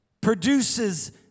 produces